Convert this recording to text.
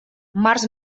març